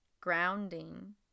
grounding